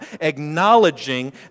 acknowledging